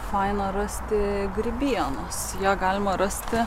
faina rasti grybienos ją galima rasti